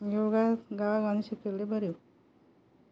योगा गांवां गांवांनी शिकयिल्लें बरें